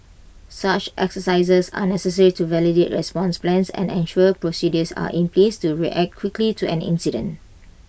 such exercises are necessary to validate response plans and ensure procedures are in place to react quickly to an incident